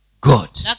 God